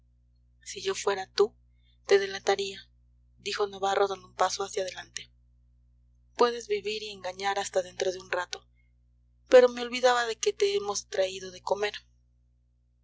si yo fuera tú te delataría dijo navarro dando un paso hacia adelante puedes vivir y engañar hasta dentro de un rato pero me olvidaba de que te hemos traído de comer